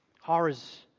horrors